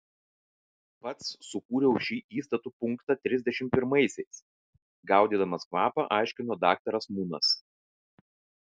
pats sukūriau šį įstatų punktą trisdešimt pirmaisiais gaudydamas kvapą aiškino daktaras munas